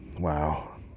Wow